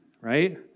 right